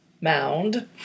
mound